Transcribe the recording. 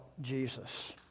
Jesus